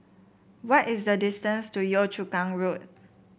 what is the distance to Yio Chu Kang Road